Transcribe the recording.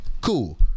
Cool